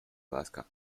alaska